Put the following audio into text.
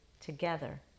together